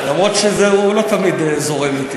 כספים זה יותר, כספים.